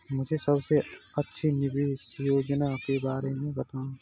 मुझे सबसे अच्छी निवेश योजना के बारे में बताएँ?